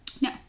No